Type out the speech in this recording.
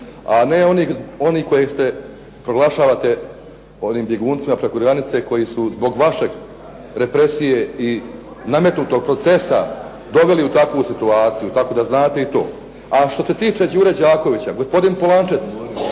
a ne oni koje proglašavate bjeguncima preko granice koji su zbog vaše represije i nametnutog procesa doveli u takvu situaciju, tako da znate i to. A što se tiče "Đure Đakovića" gospodin Polančec